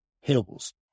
hills